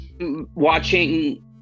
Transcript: watching